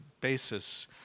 basis